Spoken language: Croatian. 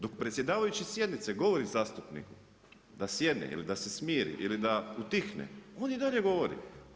Dok predsjedavajući sjednice govori zastupniku da sjedne ili da se smiri ili da utihne, on i dalje govori.